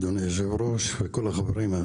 אדוני היושב-ראש וכל החברים,